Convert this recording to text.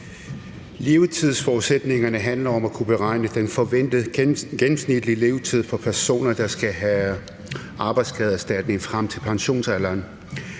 Levetidsforudsætningerne handler om at kunne beregne den forventede gennemsnitlige levetid for personer, der skal have arbejdsskadeerstatning frem til pensionsalderen,